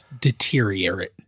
deteriorate